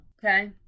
Okay